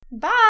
Bye